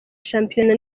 shampiyona